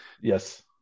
Yes